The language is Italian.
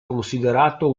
considerato